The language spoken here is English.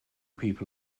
people